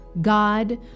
God